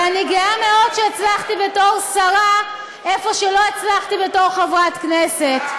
אני גאה מאוד שהצלחתי בתור שרה במקום שלא הצלחתי בתור חברת כנסת.